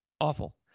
Awful